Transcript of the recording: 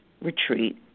retreat